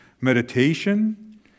meditation